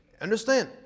Understand